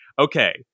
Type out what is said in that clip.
okay